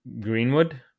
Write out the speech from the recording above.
Greenwood